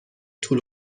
طول